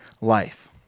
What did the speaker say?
life